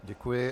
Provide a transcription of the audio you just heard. Děkuji.